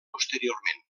posteriorment